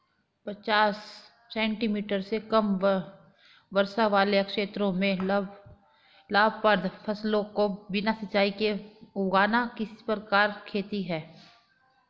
पचास सेंटीमीटर से कम वर्षा वाले क्षेत्रों में लाभप्रद फसलों को बिना सिंचाई के उगाना किस प्रकार की खेती है?